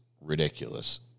ridiculous